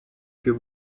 più